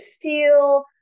feel